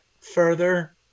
further